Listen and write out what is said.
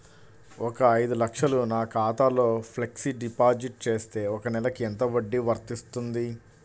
ఒక ఐదు లక్షలు నా ఖాతాలో ఫ్లెక్సీ డిపాజిట్ చేస్తే ఒక నెలకి ఎంత వడ్డీ వర్తిస్తుంది?